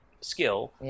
skill